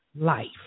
life